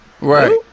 Right